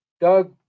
Doug